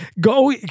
go